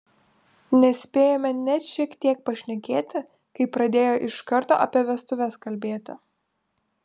nespėjome net šiek tiek pašnekėti kai pradėjo iš karto apie vestuves kalbėti